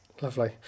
Lovely